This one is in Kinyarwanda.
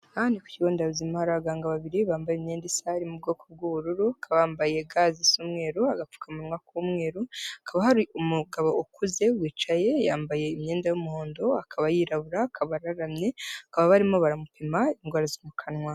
Aha ni ku kigo nderabuzima, hari abaganga babiri, bambaye imyenda isa, harimo ubwoko bw'ubururu, bambaye ga zisa umweru, agapfukamunwa k'umweru, hakaba hari umugabo ukuze wicaye, yambaye imyenda y'umuhondo, akaba yirabura, akaba araramye, bakaba barimo baramupima indwara zo mu kanwa.